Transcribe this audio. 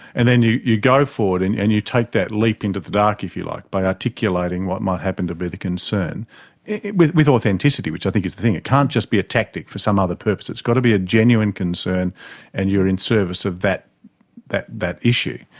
and then you you go forward and and you take that leap into the dark, if you like, by articulating what might happen to be the concern with with authenticity, which i think is the thing it can't just be a tactic for some other purpose it's got to be a genuine concern and you're in service ah of that that issue.